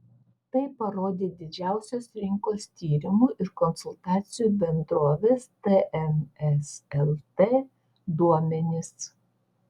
tai parodė didžiausios rinkos tyrimų ir konsultacijų bendrovės tns lt duomenys